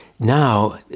Now